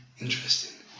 Interesting